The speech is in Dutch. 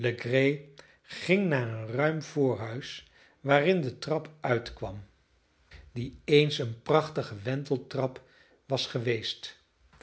ging naar een ruim voorhuis waarin de trap uitkwam die eens een prachtige wenteltrap was geweest